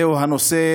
זה הנושא